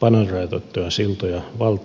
painorajoitettuja siltoja valta ja kantateille